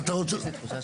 אתה ויתרת?